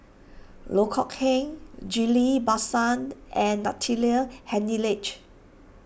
Loh Kok Heng Ghillie Basan and Natalie Hennedige